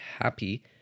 happy